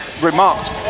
remarked